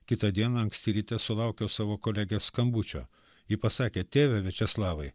kitą dieną anksti ryte sulaukiau savo kolegės skambučio ji pasakė tėve viačeslavai